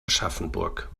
aschaffenburg